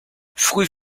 früh